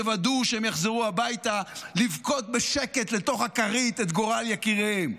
תוודאו שהם יחזרו הביתה לבכות בשקט לתוך הכרית על גורל יקיריהם.